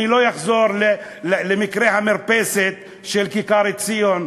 אני לא אחזור למקרה המרפסת של כיכר-ציון,